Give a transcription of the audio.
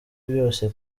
byose